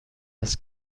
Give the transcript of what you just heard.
است